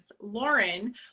lauren